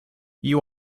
you